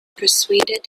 persuaded